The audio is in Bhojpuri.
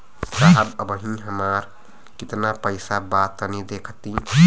साहब अबहीं हमार कितना पइसा बा तनि देखति?